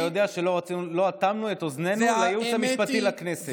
אתה יודע שלא אטמנו את אוזנינו לייעוץ המשפטי לכנסת,